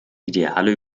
ideale